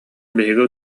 биһиги